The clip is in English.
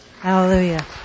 Hallelujah